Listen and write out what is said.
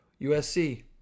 USC